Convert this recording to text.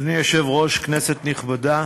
אדוני היושב-ראש, כנסת נכבדה,